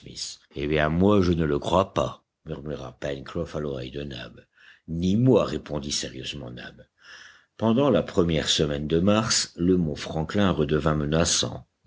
eh bien moi je ne le crois pas murmura pencroff à l'oreille de nab ni moi répondit sérieusement nab pendant la première semaine de mars le mont franklin redevint menaçant